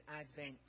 Advent